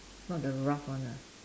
not the rough one ah